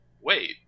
wait